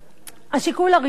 השיקול הראשון,